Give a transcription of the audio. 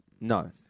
No